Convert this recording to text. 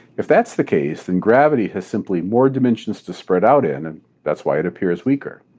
if that's the case, then gravity has simply more dimensions to spread out in and that's why it appears weaker.